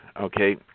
okay